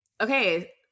Okay